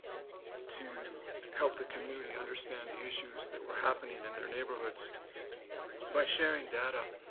to help the community understand issues that were happening in their neighborhoods by sharing data,